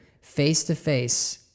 face-to-face